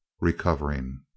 recovering